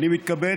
אני מתכבד